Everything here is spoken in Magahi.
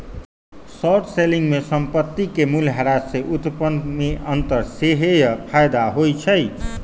शॉर्ट सेलिंग में संपत्ति के मूल्यह्रास से उत्पन्न में अंतर सेहेय फयदा होइ छइ